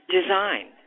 design